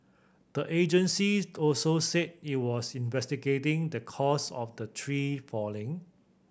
the agency also said it was investigating the cause of the tree falling